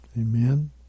Amen